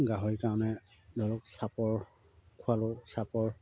গাহৰিৰ কাৰণে ধৰক চাপৰ খোৱালোঁ চাপৰ